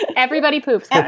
and everybody poops.